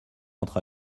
entre